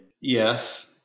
Yes